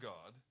God